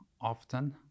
often